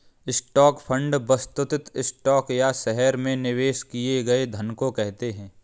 stock fund वस्तुतः stock या शहर में निवेश किए गए धन को कहते हैं